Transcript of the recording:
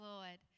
Lord